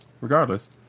regardless